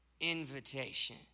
invitation